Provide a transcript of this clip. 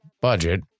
budget